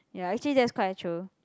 ya actually that's quite true